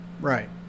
right